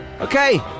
Okay